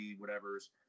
whatever's